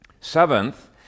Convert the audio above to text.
Seventh